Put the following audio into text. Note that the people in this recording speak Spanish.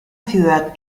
ciudad